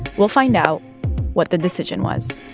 we'll find out what the decision was